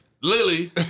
Lily